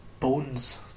Bones